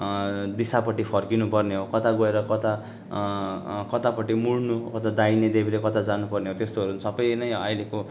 दिशापट्टि फर्किनु पर्ने हो कता गएर कता कतापट्टि मोड्नु कता दाहिने देब्रे कता जानु पर्ने हो त्यस्तोहरू नि सबै नै अहिलेको